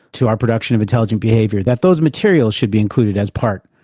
to our production of intelligent behaviour, that those materials should be included as part,